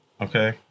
Okay